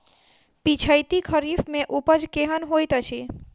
पिछैती खरीफ मे उपज केहन होइत अछि?